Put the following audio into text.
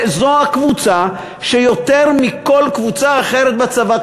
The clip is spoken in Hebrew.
זו הקבוצה שיותר מכל קבוצה אחרת בצבא,